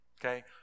Okay